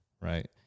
right